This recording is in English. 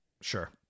sure